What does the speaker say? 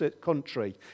country